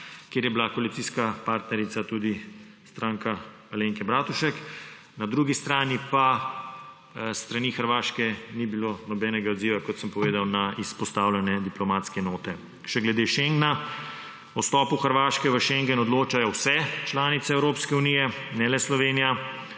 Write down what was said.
kjer je bila koalicijska partnerica tudi stranka Alenke Bratušek. Na drugi strani pa s strani Hrvaške ni bilo nobenega odziva, kot sem povedal, na izpostavljene diplomatske note. Še glede šengna. O vstopu Hrvaške v šengen odločajo vse članice EU, ne le Slovenija.